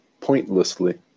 pointlessly